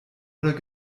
oder